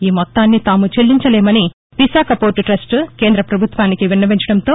ఈ మొత్తాన్ని తాము చెల్లించలేమని విశాఖ పోర్లు టస్లు కేంద ప్రభుత్వానికి విన్నవించడంతో